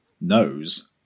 knows